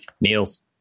Niels